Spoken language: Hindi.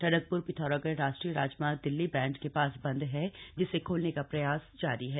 टनकप्र पिथौरागढ़ राष्ट्रीय राजमार्ग दिल्ली बैंड के पास बंद है जिसे खोलने का प्रयास जारी है